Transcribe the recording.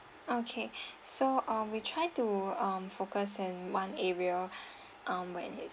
okay so ah we try to um focus in one area um when